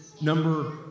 number